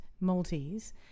Maltese